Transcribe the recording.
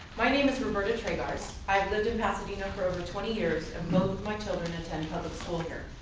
my name is roberta tragarce. i have lived in pasadena for over twenty years and both my children attend public school here.